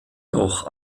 doch